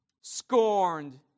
scorned